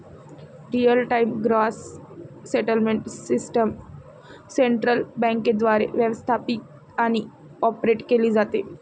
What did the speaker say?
real time gross settlement system central बँकेद्वारे व्यवस्थापित आणि ऑपरेट केली जाते